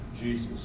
Jesus